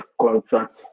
contract